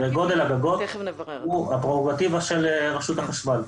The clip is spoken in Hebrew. אני אבהיר: --- התעריף וגודל הגגות הוא הפררוגטיבה של רשות החשמל.